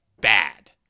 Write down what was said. bad